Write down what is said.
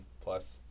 plus